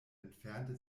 entfernte